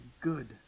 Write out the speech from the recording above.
good